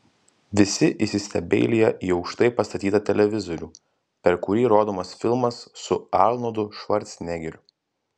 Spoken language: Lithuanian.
visi įsistebeilija į aukštai pastatytą televizorių per kurį rodomas filmas su arnoldu švarcnegeriu